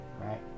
right